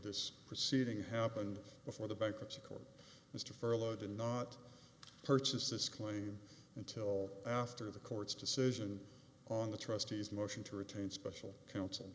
this proceeding happened before the bankruptcy court mr furloughed and not purchase this claim until after the court's decision on the trustees motion to retain special counsel